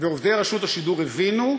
ועובדי רשות השידור הבינו,